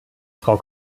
frau